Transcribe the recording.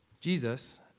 Jesus